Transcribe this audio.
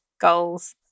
goals